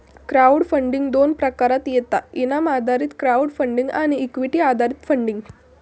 crowd funding दोन प्रकारात येता इनाम आधारित क्राउड फंडिंग आणि इक्विटी आधारित फंडिंग